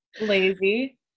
Lazy